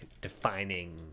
defining